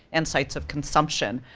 and sites of consumption.